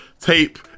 tape